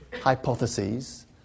hypotheses